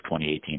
2018